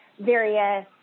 various